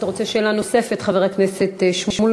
אתה רוצה שאלה נוספת, חבר הכנסת שמולי?